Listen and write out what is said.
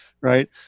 right